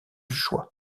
choix